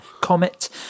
Comet